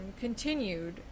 continued